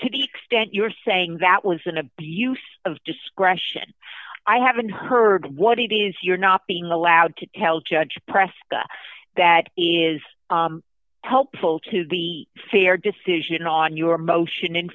to the extent you're saying that was an abuse of discretion i haven't heard what it is you're not being allowed to tell judge press that is helpful to the fair decision on your motion in